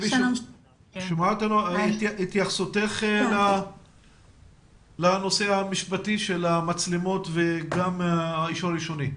אנא התייחסותך לנושא המשפטי לנושא המצלמות והאישור הראשוני.